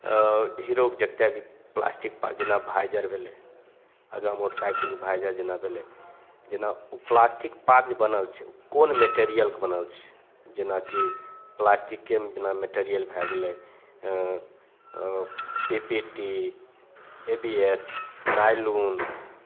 हीरोके जतेक भी प्लास्टिक जेना वाइजर भेलै आगाँ मोटरसाइकिलके वाइजर जेना भेलै जेना ओ प्लास्टिक पार्ट जे बनल छै ओ कोन मेटेरिअलके बनल छै जेनाकि प्लास्टिकेमे बिना मेटेरिअल भै गेलै P P T A B S nylon